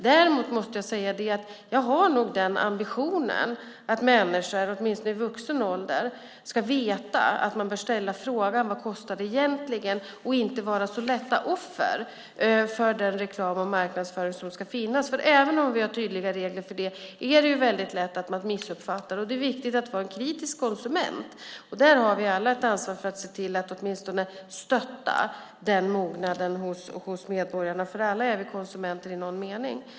Däremot måste jag säga att jag nog har den ambitionen att människor, åtminstone i vuxen ålder, ska veta att man bör ställa frågan "Vad kostar det egentligen?" och inte vara ett så lätt offer för den reklam och marknadsföring som finns. Även om vi har tydliga regler för det är det väldigt lätt att man missuppfattar, och det är viktigt att vara en kritisk konsument. Där har vi alla ett ansvar för att se till att åtminstone stötta den mognaden hos medborgarna, för alla är vi konsumenter i någon mening.